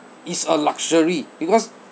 it's a luxury because